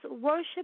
worship